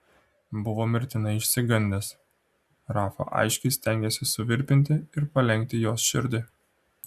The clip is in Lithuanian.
buvo mirtinai išsigandęs rafa aiškiai stengėsi suvirpinti ir palenkti jos širdį